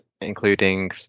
including